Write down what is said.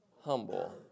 humble